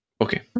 Okay